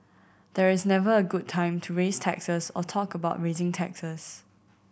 there is never a good time to raise taxes or talk about raising taxes